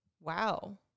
Wow